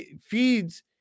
feeds